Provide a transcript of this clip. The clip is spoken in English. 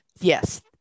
Yes